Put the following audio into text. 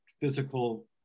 physical